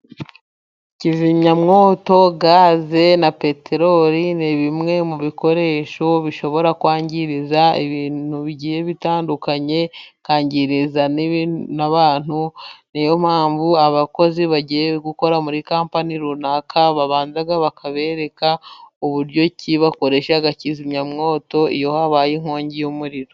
Kizimyamwoto gaze na peteroli, ni bimwe mu bikoresho bishobora kwangizariza ibintu bigiye bitandukanye, bikangiriza n'abantu ni yo mpamvu abakozi bagiye gukora muri kampani runaka, babanza bakabereka uburyo bakoresha kimyamoto iyo habaye inkongi y'umuriro.